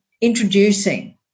introducing